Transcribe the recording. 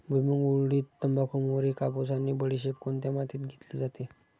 भुईमूग, उडीद, तंबाखू, मोहरी, कापूस आणि बडीशेप कोणत्या मातीत घेतली जाते?